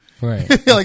Right